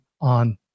on